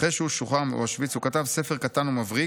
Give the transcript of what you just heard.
אחרי שהוא שוחרר מאושוויץ הוא כתב ספר קטן ומבריק,